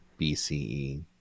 BCE